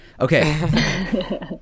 Okay